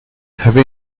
heavy